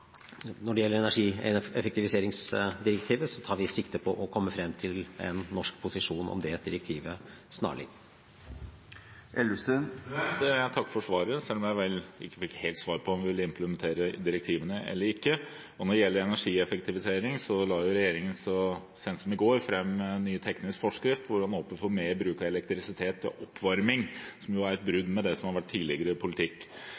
Når det gjelder energieffektiviseringsdirektivet, tar vi sikte på å komme frem til en norsk posisjon om det direktivet snarlig. Jeg takker for svaret, selv om jeg vel ikke helt fikk svar på om vi vil implementere direktivene eller ikke. Når det gjelder energieffektivisering, la regjeringen så sent som i går fram en ny teknisk forskrift hvor man åpner for mer bruk av elektrisitet til oppvarming, som er et brudd med det som har vært tidligere politikk.